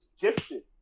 gifted